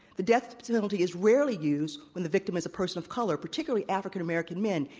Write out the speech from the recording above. the death penalty is rarely used when the victim is a person of color, particularly african a merican men,